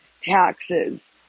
taxes